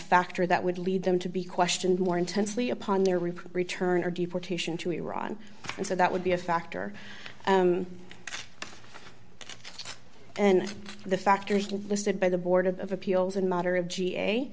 factor that would lead them to be questioned more intensely upon their report return or deportation to iran so that would be a factor and the factors listed by the board of appeals and matter of